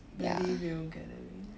really real gathering